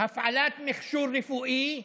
הפעלת מכשור רפואי,